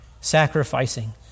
sacrificing